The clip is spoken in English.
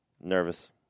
Nervous